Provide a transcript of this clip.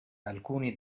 alcuni